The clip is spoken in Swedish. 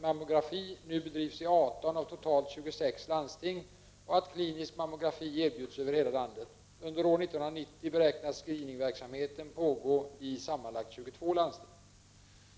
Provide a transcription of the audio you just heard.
mammografi nu bedrivs i 18 av totalt 26 landsting och att klinisk mam mografi erbjuds över hela landet. Under år 1990 beräknas screeningverksamhet pågå i sammanlagt 22 landsting.